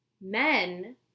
men